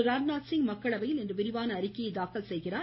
ராஜ்நாத் சிங் மக்களவையில் இன்று விரிவான அறிக்கையை தாக்கல் செய்கிறார்